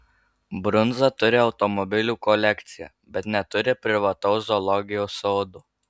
brunza turi automobilių kolekciją bet neturi privataus zoologijos sodo